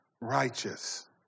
righteous